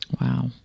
Wow